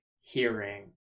hearing